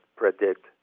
predict